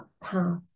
path